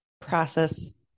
process